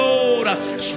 Lord